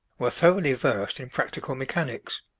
were thoroughly versed in practical mechanics.